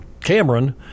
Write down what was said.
Cameron